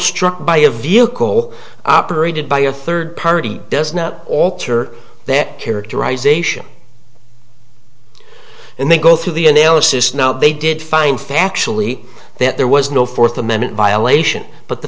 struck by a vehicle operated by a third party does not alter that characterization and they go through the analysis now they did find factually that there was no fourth amendment violation but the